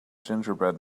gingerbread